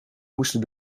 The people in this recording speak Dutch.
moesten